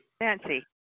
Nancy